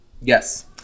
Yes